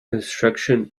construction